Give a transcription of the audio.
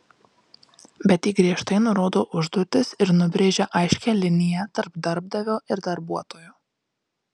bet ji griežtai nurodo užduotis ir nubrėžia aiškią liniją tarp darbdavio ir darbuotojo